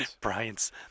Brian's